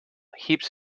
heaps